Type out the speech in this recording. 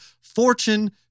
fortune